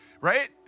right